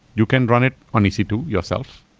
you can run it on e c two yourself,